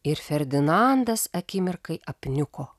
ir ferdinandas akimirkai apniuko